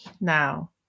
now